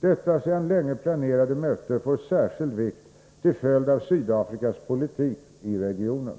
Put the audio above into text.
Detta sedan länge planerade möte får särskild vikt till följd av Sydafrikas politik i regionen.